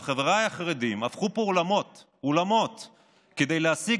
חבריי החרדים הפכו פה עולמות כדי להשיג